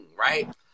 right